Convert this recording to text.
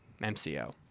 MCO